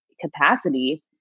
capacity